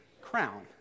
crown